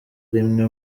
rimwe